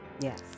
Yes